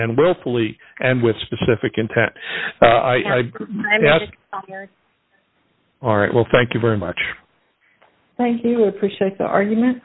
and willfully and with specific intent very well thank you very much thank you appreciate the argument